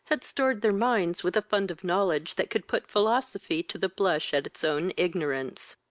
had stored their minds with a fund of knowledge that could put philosophy to the blush at its own ignorance.